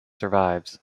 survives